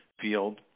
field